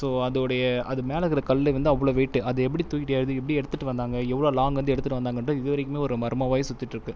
so அதோடைய அது மேலே இருக்குற கல்லு வந்து அவளோ வெயிட் அதை எப்படி தூக்கிட்டு ஏறுகிறது எப்படி எடுத்துட்டு வந்தாங்கள் எவளோ லாங்லேருந்து எடுத்துட்டு வந்தாங்கங்குறது இதுவரைக்கு ஒரு மர்மம்மாய் சுற்றிகிட்டு இருக்குது